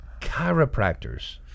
chiropractors